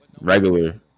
regular